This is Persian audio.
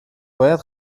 باید